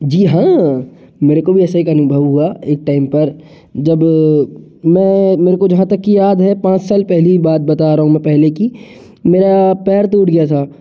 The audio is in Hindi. जी हाँ मेरे को भी ऐसा ही का अनुभव हुआ एक टाइम पर जब मैं मेरे को जहाँ तक की याद है पाँच साल पहली बात बता रहा हूँ मैं पहले की मेरा पैर टूट गया था